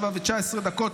19:19,